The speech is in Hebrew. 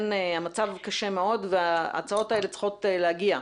המצב קשה מאוד וההצעות האלה צריכות להגיע.